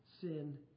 sin